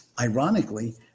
ironically